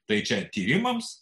tai čia tyrimams